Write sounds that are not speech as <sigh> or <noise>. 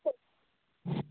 <unintelligible>